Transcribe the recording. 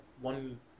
one